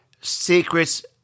secrets